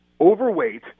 overweight